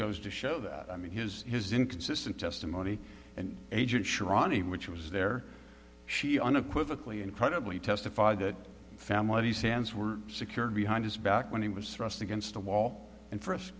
goes to show that i mean his his inconsistent testimony and agent sure ronny which was there she unequivocal incredibly testified that families sans were secured behind his back when he was thrust against a wall and for us